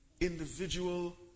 individual